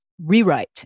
rewrite